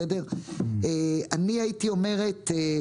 אני הייתי מדברת גם